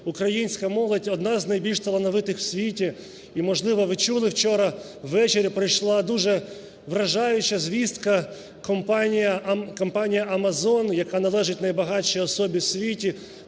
українська молодь одна з найбільш талановитих в світі. І, можливо, ви чули вчора у вечері прийшла дуже вражаюча звістка, компанія Amazon, яка належить найбагатшій особі в світі,